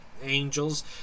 angels